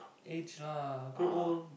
age lah grow old